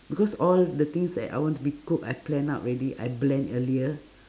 because all the things that I want to be cooked I plan out already I blend earlier